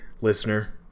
listener